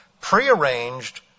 prearranged